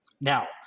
Now